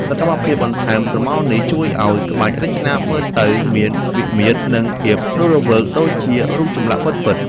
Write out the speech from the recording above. សកម្មភាពបន្ថែមស្រមោលនេះជួយឱ្យក្បាច់រចនាមើលទៅមានវិមាត្រ និងមានភាពរស់រវើកដូចជារូបចម្លាក់ពិតៗ។